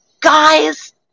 guys